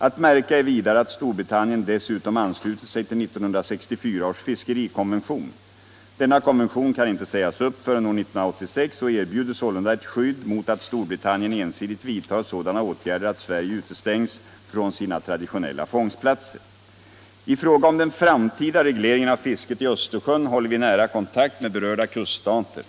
Att märka är vidare att Storbritannien dessutom anslutit sig till 1964 års fiskerikonvention. Denna konvention kan inte sägas upp förrän år 1986 och erbjuder sålunda ett skydd mot att Storbritannien ensidigt vidtar sådana åtgärder att Sverige utestängs från sina traditionella fångstplatser. I fråga om den framtida regleringen av fisket i Östersjön håller vi nära kontakt med berörda kuststater.